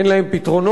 אין להם פתרונות,